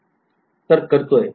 तर करतोय बरोबर